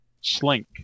slink